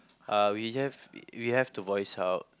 uh we have we have to voice out